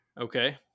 Okay